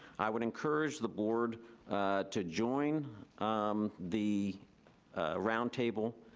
i would encourage the board to join um the roundtable.